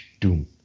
doom